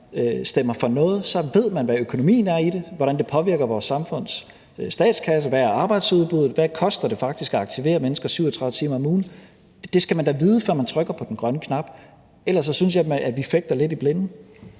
stemmer for noget, så ved man, hvad økonomien er i det, hvordan det påvirker vores samfunds statskasse, hvad arbejdsudbuddet er, og hvad det faktisk koster at aktivere mennesker 37 timer om ugen. Det skal man da vide, før man trykker på den grønne knap; ellers synes jeg vi fægter lidt i blinde.